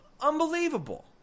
unbelievable